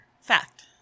Fact